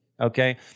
okay